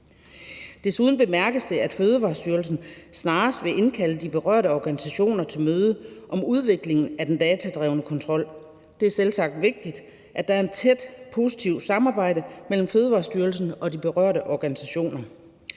Desuden bemærkes det, at Fødevarestyrelsen snarest vil indkalde de berørte organisationer til møde om udvikling af den datadrevne kontrol. Det er selvsagt vigtigt, at der er et tæt, positivt samarbejde mellem Fødevarestyrelsen og de berørte organisationer.